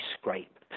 scrape